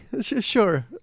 sure